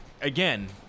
again